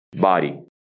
body